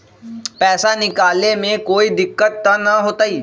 पैसा निकाले में कोई दिक्कत त न होतई?